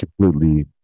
completely